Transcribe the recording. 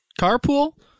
carpool